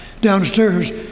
downstairs